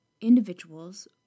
individuals